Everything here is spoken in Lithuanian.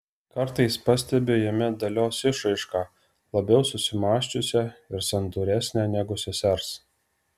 kartais pastebiu jame dalios išraišką labiau susimąsčiusią ir santūresnę negu sesers